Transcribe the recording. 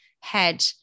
head